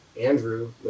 Andrew